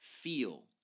feel